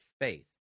faith